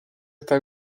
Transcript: está